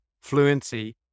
fluency